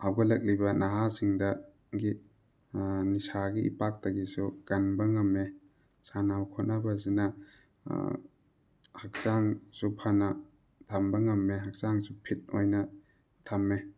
ꯍꯧꯒꯠꯂꯛꯂꯤꯕ ꯅꯍꯥꯁꯤꯡꯗ ꯒꯤ ꯅꯤꯁꯥꯒꯤ ꯏꯄꯥꯛꯇꯒꯤꯁꯨ ꯀꯟꯕ ꯉꯝꯃꯦ ꯁꯥꯟꯅꯕ ꯈꯣꯠꯅꯕ ꯑꯁꯤꯅ ꯍꯛꯆꯥꯡꯁꯨ ꯐꯅ ꯊꯝꯕ ꯉꯝꯃꯦ ꯍꯛꯆꯥꯡꯁꯨ ꯐꯤꯠ ꯑꯣꯏꯅ ꯊꯝꯃꯦ